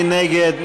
מי נגד?